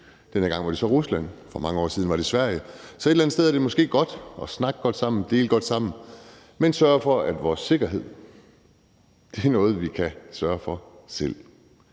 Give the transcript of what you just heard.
Denne gang var det så Rusland – for mange år siden var det Sverige. Så et eller andet sted er det måske godt at snakke godt sammen og dele ting sammen, men vi skal også sikre os, at vores sikkerhed er noget, vi kan sørge for selv.